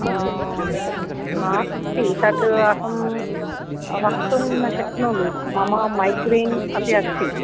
नास्ति तत् अहं वक्तुं न शक्नोमि मम मैग्रेन् अपि अस्ति